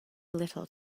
little